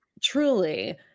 truly